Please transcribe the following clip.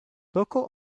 local